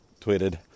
tweeted